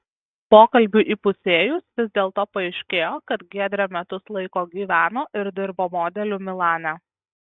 pokalbiui įpusėjus vis dėlto paaiškėjo kad giedrė metus laiko gyveno ir dirbo modeliu milane